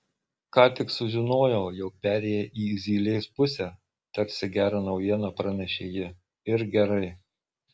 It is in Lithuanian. ką tik sužinojau jog perėjai į zylės pusę tarsi gerą naujieną pranešė ji ir gerai